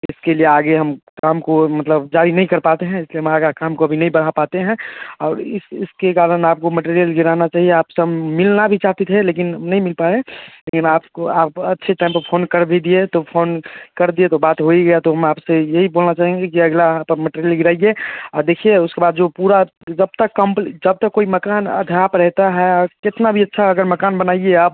इसके लिए आगे हम काम को मतलब जारी नहीं कर पाते हैं इस लिए हम आगे काम को अभी नहीं बढ़ा पाते हैं और इस इसके कारण आपको मेटेरिअल गिराना चाहिए आप से हम मिलना भी चाहते थे लेकिन नहीं मिल पाए लेकिन आपको आप अच्छे टाइम पर फ़ोन कर भी दिए तो फ़ोन कर दिए तो बात हो ही गया तो हम आप से यही बोलना चाहेंगे कि अगला तो मटेरियल गिराइए और देखिए उसके बाद जो पूरा जब तक कॉम्प्ल् जब तक कोई मकान आधा पर रहता है और कितना भी अच्छा अगर मकान बनाइए आप